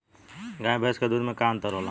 गाय भैंस के दूध में का अन्तर होला?